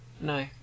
No